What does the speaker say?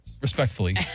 respectfully